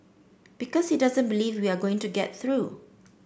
because he doesn't believe we are going to get through